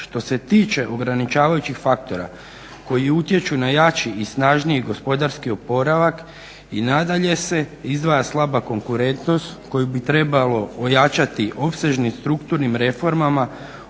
Što se tiče ograničavajućih faktora koji utječu na jači i snažniji gospodarski oporavak i nadalje se izdvaja slaba konkurentnost koju bi trebalo ojačati opsežnim strukturnim reformama